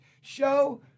show